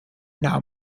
now